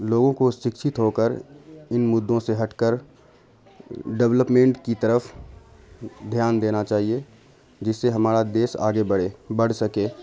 لوگوں کو سکشت ہو کر ان مدوں سے ہٹ کر ڈولپمنٹ کی طرف دھیان دینا چاہیے جس سے ہمارا دیس آگے بڑھے بڑھ سکے